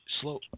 slow